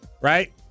right